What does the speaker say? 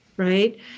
right